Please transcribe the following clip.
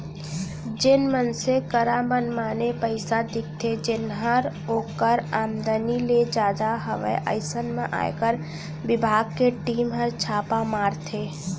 जेन मनसे करा मनमाने पइसा दिखथे जेनहर ओकर आमदनी ले जादा हवय अइसन म आयकर बिभाग के टीम हर छापा मारथे